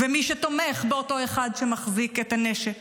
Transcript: ומי שתומך באותו אחד שמחזיק את הנשק,